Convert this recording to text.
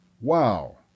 wow